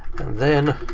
then